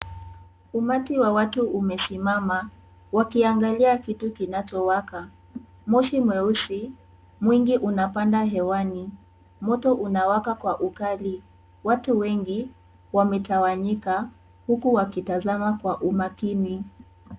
Umati wa watu umesimama wakiangalia kitu kinachowaka moshi mweusi mwingi umepanda hewani moto unawaka kwa ukali, watu wengi wametawanyika huku wakitazama kwa umakini.